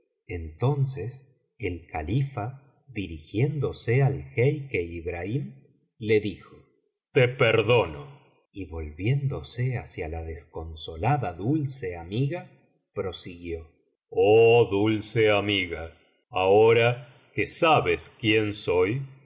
entonces el califa dirigiéndose al jeique ibrahim le dijo te perdono y volviéndose hacia la desconsolada dulce amiga prosiguió oh dulceamiga ahora que sabes quién soy